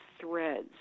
threads